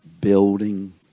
building